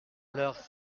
leurs